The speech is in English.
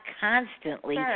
constantly